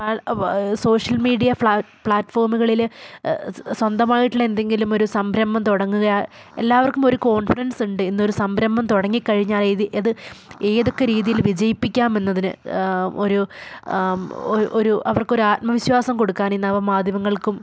social media പ്ലാറ്റ്ഫോമുകളിൽ സ്വന്തമായിട്ടുള്ള എന്തെങ്കിലും ഒരു സംരംഭം തുടങ്ങുക എല്ലാവർക്കും ഒരു കോൺഫിഡൻസ് ഉണ്ട് ഇന്നൊരു സംരംഭം തുടങ്ങിക്കഴിഞ്ഞാൽ ഇത് അത് ഏതൊക്കെ രീതിയിൽ വിജയിപ്പിക്കാമെന്നതിന് ഒരു ഒരു അവർക്കൊരു ആത്മവിശ്വാസം കൊടുക്കാനിന്ന് നവ മാധ്യമങ്ങൾക്കും